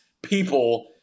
people